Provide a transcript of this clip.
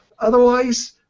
Otherwise